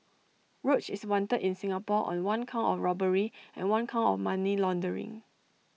roach is wanted in Singapore on one count of robbery and one count of money laundering